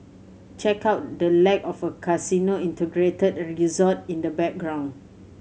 check out the lack of a casino integrated resort in the background